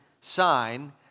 sign